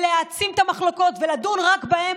להעצים את המחלוקות ולדון רק בהן,